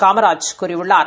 காமராஜ் கூறியுள்ளார்